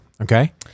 Okay